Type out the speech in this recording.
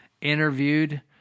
interviewed